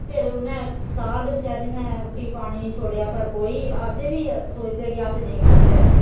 फिर उन्नै साल ते बचारी ने रुट्टी पानी छोड़ेआ पर कोई अस बी सोचदे कि अस नेईं खाचै